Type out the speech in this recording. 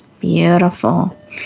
Beautiful